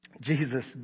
Jesus